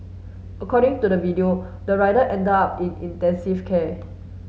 according to the video the rider ended up in intensive care